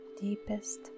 deepest